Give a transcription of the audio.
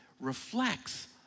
reflects